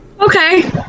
Okay